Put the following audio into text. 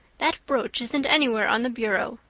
that brooch isn't anywhere on the bureau.